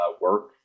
work